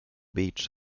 beach